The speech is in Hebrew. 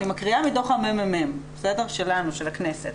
מתוך דו"ח של מרכז המידע והמחקר של הכנסת.